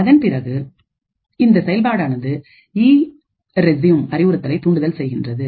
அதன் பிறகு இந்த செயல்பாடானது இரெஸ்யூம் அறிவுறுத்தலை தூண்டுதல் செய்கின்றது